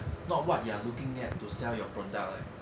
not what you are looking at to sell your product leh